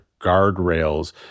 guardrails